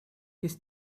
his